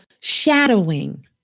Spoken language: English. shadowing